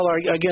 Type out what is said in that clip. again